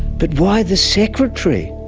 but why the secretary,